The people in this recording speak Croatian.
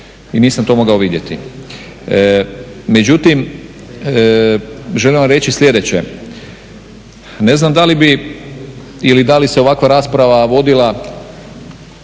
i nisam to mogao vidjeti. Međutim, želim vam reći sljedeće. Ne znam da li bi ili da li se ovakva rasprava vodila